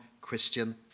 Christian